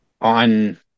on